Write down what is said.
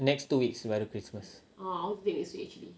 next two weeks baru christmas